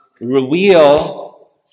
reveal